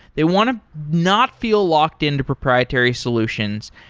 they want to not feel locked in to proprietary solutions.